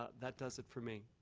ah that does it for me.